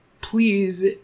please